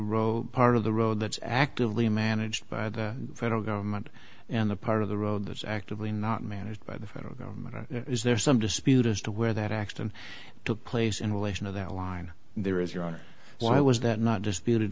roll part of the road that's actively managed by the federal government and the part of the road that's actively not managed by the federal government or is there some dispute as to where that action took place in relation to that line there is your honor why was that not just build it